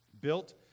built